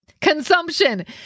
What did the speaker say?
Consumption